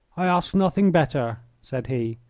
i ask nothing better, said he.